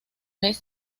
mes